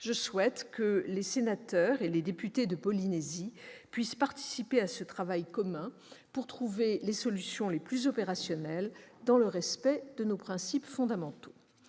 Je souhaite que les sénateurs et les députés de Polynésie puissent participer à ce travail commun pour trouver les solutions les plus opérationnelles, dans le respect de nos principes fondamentaux.